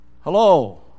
Hello